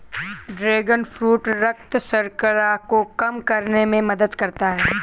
dragon fruit रक्त शर्करा को कम करने में मदद करता है